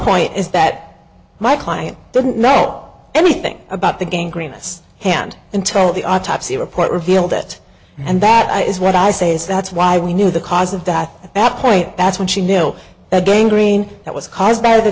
point is that my client doesn't know anything about the game greenness hand until the autopsy report revealed it and that is what i say is that's why we knew the cause of death at that point that's when she know that going green that was caused by the